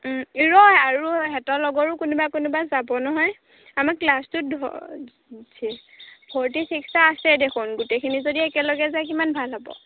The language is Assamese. ৰ আৰু তেহেঁতৰ লগৰো কোনোবা কোনোবা যাব নহয় আমাৰ ক্লাছটোত ধৰ ফৰটি ছিক্সটা আছে দেখোন গোটেইখিনি যদি একেলগে যায় কিমান ভাল হ'ব